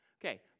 Okay